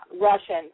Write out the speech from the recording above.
Russian